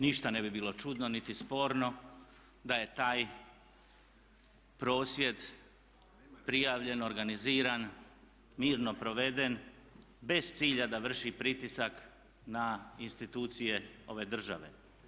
Ništa ne bi bilo čudno niti sporno da je taj prosvjed prijavljen, organiziran, mirno proveden bez cilja da vrši pritisak na institucije ove države.